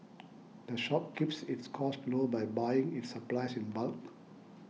the shop keeps its costs low by buying its supplies in bulk